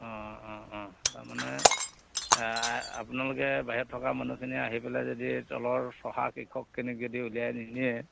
তাৰমানে আপোনালোকে বাহিৰত থকা মানুহখিনি আহি পেলাই যদি তলৰ চহা কৃষক খিনক যদি উলিয়াই নিনিয়ে